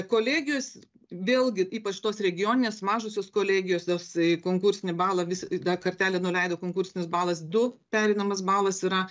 kolegijos vėlgi ypač tos regioninės mažosios kolegijos jos e konkursinį balą vis dar kartelę nuleido konkursinis balas du pereinamas balas yra